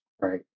right